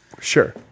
Sure